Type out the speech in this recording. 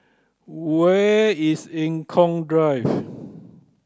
where is Eng Kong Drive